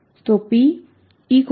તો PP